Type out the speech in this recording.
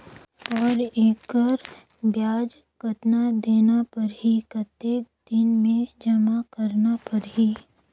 और एकर ब्याज कतना देना परही कतेक दिन मे जमा करना परही??